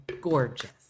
gorgeous